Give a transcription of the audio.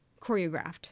choreographed